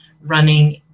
running